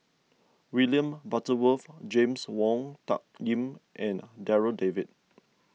William Butterworth James Wong Tuck Yim and Darryl David